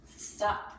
Stop